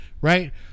right